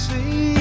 See